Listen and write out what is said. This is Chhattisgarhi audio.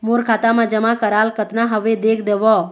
मोर खाता मा जमा कराल कतना हवे देख देव?